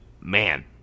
man